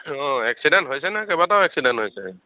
অঁ এক্সিডেণ্ট হৈছে ন কেইবাটাও এক্সিডেণ্ট হৈছে